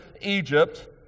Egypt